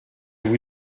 vous